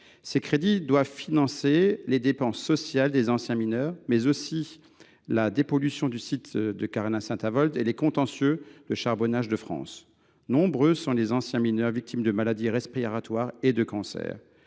Ces crédits doivent financer les dépenses sociales des anciens mineurs, mais aussi la dépollution du site Carling Saint Avold et les contentieux de Charbonnages de France. Nombreux sont les anciens mineurs victimes de maladies respiratoires et de cancers.